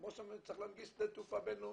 כמו שאומרים שצריך להנגיש שדה תעופה בין-לאומי,